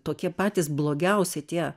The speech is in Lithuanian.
tokie patys blogiausi tie